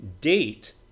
date